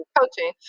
coaching